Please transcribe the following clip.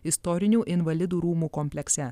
istorinių invalidų rūmų komplekse